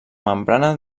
membrana